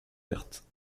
vertes